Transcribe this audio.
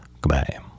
Goodbye